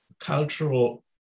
cultural